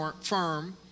Firm